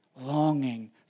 Longing